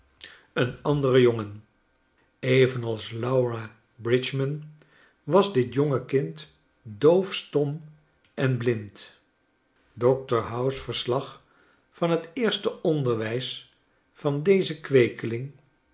een ande ren jongen evenals laura bridgman was dit jonge kind doofstom en blind dr howe's verslag van fc eerste onder wijs van dezen